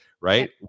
Right